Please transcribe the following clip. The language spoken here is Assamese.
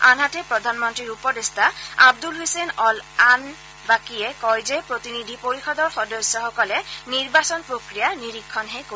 আনহাতে প্ৰধানমন্ত্ৰীৰ উপদেষ্টা আব্দুল হুছেইন অল আনবাকিয়ে কয় যে প্ৰতিনিধি পৰিষদৰ সদস্যসকলে নিৰ্বাচন প্ৰক্ৰিয়া নীৰিক্ষণহে কৰিব